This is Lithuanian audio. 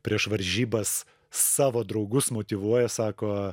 prieš varžybas savo draugus motyvuoja sako